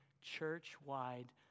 church-wide